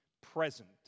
present